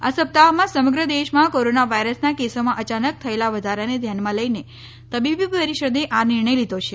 આ સપ્તાહમાં સમગ્ર દેશમાં કોરોના વાયરસના કેસોમાં અચાનક થયેલા વધારાને ધ્યાનમાં લઇને તબીબી પરિષદે આ નિર્ણય લીધો છે